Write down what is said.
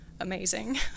amazing